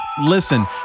Listen